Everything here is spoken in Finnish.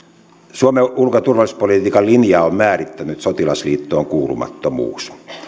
suomen ulko ja turvallisuuspolitiikan linjaa on määrittänyt sotilasliittoon kuulumattomuus